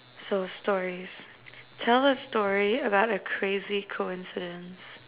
so stories tell a story about a crazy coincidence